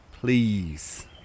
Please